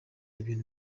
ibintu